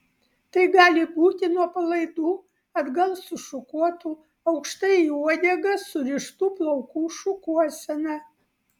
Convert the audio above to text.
tai gali būti nuo palaidų atgal sušukuotų aukštai į uodegą surištų plaukų šukuosena